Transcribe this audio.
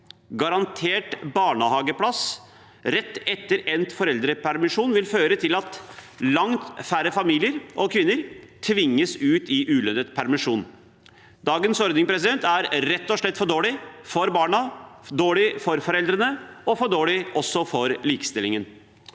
Garantert barnehageplass rett etter endt foreldrepermisjon vil føre til at langt færre familier og kvinner tvinges ut i ulønnet permisjon. Dagens ordning er rett og slett for dårlig for barna, for dårlig for foreldrene og for dårlig også for likestillingen.